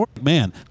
Man